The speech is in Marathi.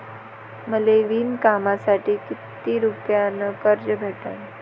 मले विणकामासाठी किती रुपयानं कर्ज भेटन?